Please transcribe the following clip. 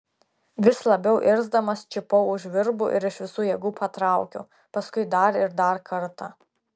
vis labiau irzdamas čiupau už virbų ir iš visų jėgų patraukiau paskui dar ir dar kartą